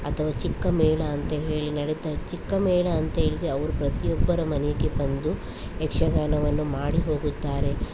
ಅಥವಾ ಚಿಕ್ಕ ಮೇಳ ಅಂತ ಹೇಳಿ ನಡಿತದೆ ಚಿಕ್ಕ ಮೇಳ ಅಂತ ಹೇಳಿದ್ರೆ ಅವ್ರು ಪ್ರತಿಯೊಬ್ಬರ ಮನೆಗೆ ಬಂದು ಯಕ್ಷಗಾನವನ್ನು ಮಾಡಿ ಹೋಗುತ್ತಾರೆ